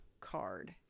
card